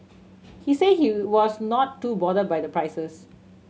he say he was not too bother by the prices